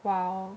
!wow!